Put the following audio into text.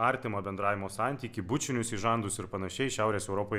artimą bendravimo santykį bučinius į žandus ir panašiai šiaurės europoj